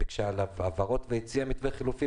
אלא הציעה מתווה חלופי,